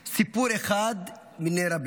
סיפור אחד מני רבים.